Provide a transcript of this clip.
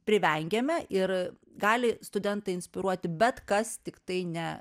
privengiame ir gali studentą inspiruoti bet kas tiktai ne